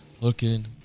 looking